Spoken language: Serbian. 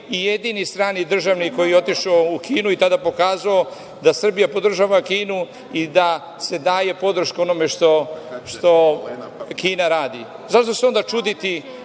i jedini strani državnik koji je otišao u Kinu i tada pokazao da Srbija podržava Kinu i da se daje podrška onome što Kina radi.Zašto se onda čuditi